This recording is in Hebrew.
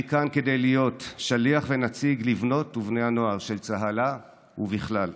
אני כאן כדי להיות שליח ונציג לבנות ובני הנוער של "צהלה" ובכלל,